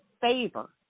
favor